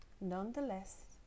Nonetheless